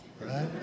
right